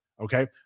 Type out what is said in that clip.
Okay